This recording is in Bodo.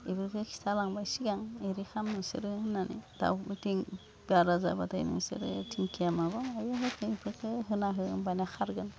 इफोरखो खिथालांबाय सिगां एरै खाम नोंसोरो होननानै दाव बिथिं बारा जाबाथाय नोंसोरो दिंखिया माबा माबि होफै इफोरखौ होना हो होनबानो खारगोन